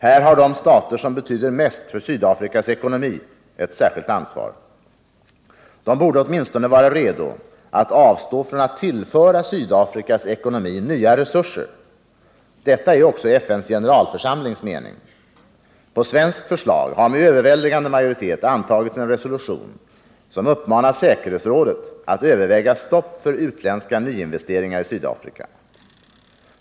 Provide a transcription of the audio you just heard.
Här har de stater som betyder mest för Sydafrikas ekonomi ett särskilt ansvar. De borde åtminstone vara redo att avstå från att tillföra Sydafrikas ekonomi nya resurser. Detta är också FN:s generalförsamlings mening. På svenskt förslag har med överväldigande majoritet antagits en resolution, som uppmanar säkerhetsrådet att överväga stopp för utländska nyinvesteringar i Sydafrika.